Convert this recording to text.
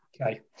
Okay